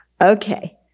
Okay